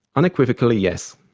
unequivocally, yes.